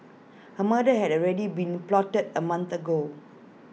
A murder had already been plotted A month ago